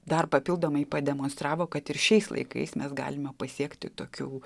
dar papildomai pademonstravo kad ir šiais laikais mes galime pasiekti tokių